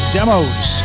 Demos